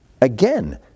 again